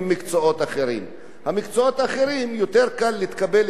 המקצועות האחרים, יותר קל להתקבל אליהם פה במדינה,